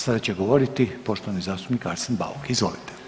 Sada će govoriti poštovani zastupnik Arsen Bauk, izvolite.